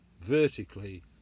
vertically